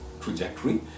trajectory